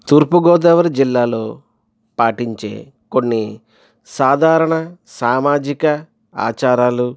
తూర్పుగోదావరి జిల్లాలో పాటించే కొన్ని సాధారణ సామాజిక ఆచారాలు